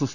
S